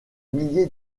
millier